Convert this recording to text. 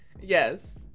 yes